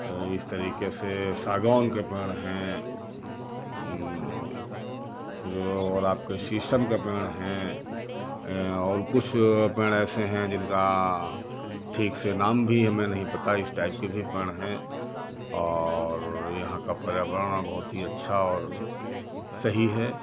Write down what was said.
और इस तरीके से सागौन के पेड़ है और आपके शीशम के पेड़ है और कुछ पेड़ ऐसे हैं जिनका ठीक से नाम भी हमें नहीं पता इस टाइप के भी पेड़ हैं और यहाँ का पर्यावरण बहुत ही अच्छा और सही है